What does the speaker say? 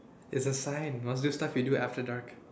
it is a sign must do stuff we do after dark